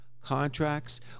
contracts